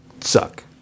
suck